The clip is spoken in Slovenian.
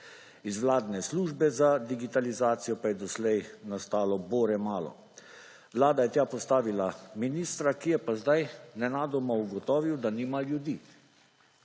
Iz vladne službe za digitalizacijo pa je doslej nastalo bore malo. Vlada je tja postavila ministra, ki je pa sedaj nenadoma ugotovil, da nima ljudi.